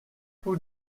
tout